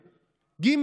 "ג.